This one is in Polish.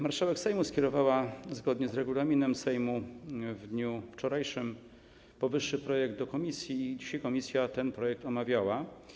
Marszałek Sejmu skierowała, zgodnie z regulaminem Sejmu, w dniu wczorajszym powyższy projekt do komisji i dzisiaj komisja ten projekt omawiała.